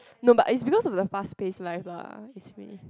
no but it's because of the fast pace life ah it's really